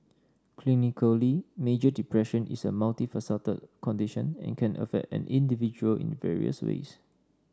clinically major depression is a multifaceted condition and can affect an individual in various ways